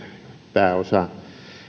pääosa